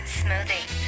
smoothie